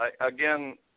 again